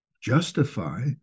justify